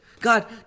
God